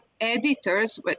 editors